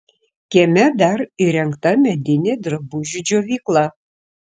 kieme dar įrengta medinė drabužių džiovykla